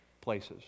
places